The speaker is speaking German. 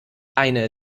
eine